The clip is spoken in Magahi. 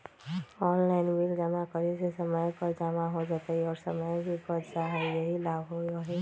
ऑनलाइन बिल जमा करे से समय पर जमा हो जतई और समय भी बच जाहई यही लाभ होहई?